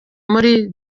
muri